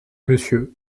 monsieur